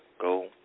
go